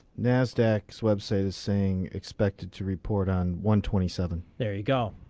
nasdaq's website is saying expected to report on one twenty seven there you go.